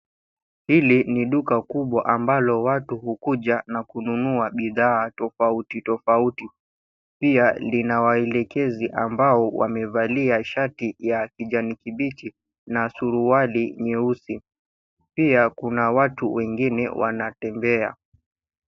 Hili ni duka kubwa ambalo watu hukuja na kununua bidhaa tofauti tofauti. Pia lina waelekezi ambao wamevalia shati ya kijani kibichi, na suruali nyeusi. Pia kuna watu wengine wanatembea.